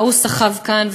וההוא סחב כאן,